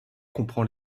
comprend